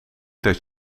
dat